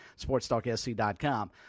sportstalksc.com